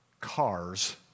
cars